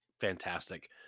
fantastic